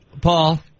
Paul